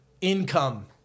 income